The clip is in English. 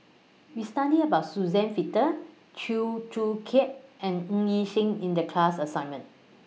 We studied about Suzann Victor Chew Joo Chiat and Ng Yi Sheng in The class assignment